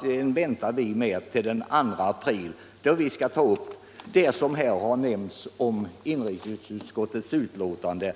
Den väntar vi med till den 2 april, då vi kan behandla inrikesutskottets betänkande,